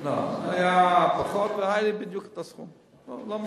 לא, היה פחות, והיה לי בדיוק הסכום, לא משנה.